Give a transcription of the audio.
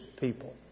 people